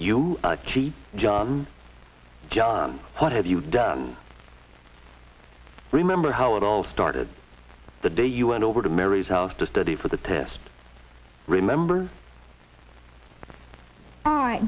you cheap john john what have you done remember how it all started the day you went over to mary's house to study for the test remember